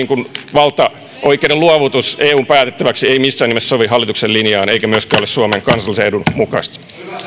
valtaoikeuden luovutus eun päätettäväksi ei missään nimessä sovi hallituksen linjaan eikä myöskään ole suomen kansallisen edun mukaista